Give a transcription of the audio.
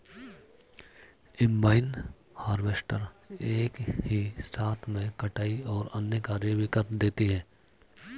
combine harvester एक ही साथ में कटाई और अन्य कार्य भी कर देती है